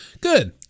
Good